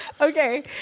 Okay